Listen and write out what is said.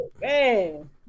man